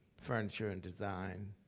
furniture and design,